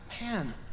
man